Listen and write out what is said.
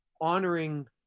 honoring